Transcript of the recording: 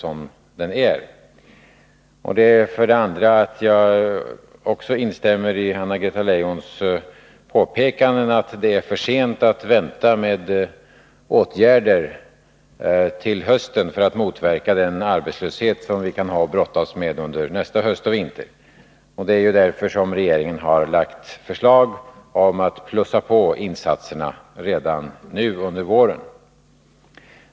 Vidare instämmer jag i hennes påpekande att det är för sent att vänta med åtgärder till hösten för att motverka den arbetslöshet som vi kan ha att brottas med under nästa höst och vinter. Det är därför regeringen lagt fram förslag om att plussa på insatserna redan nu under våren.